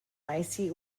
icy